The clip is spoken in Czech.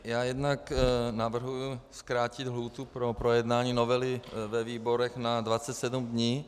Já jednak navrhuji zkrátit lhůtu pro projednání novely ve výborech na 27 dní.